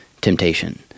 temptation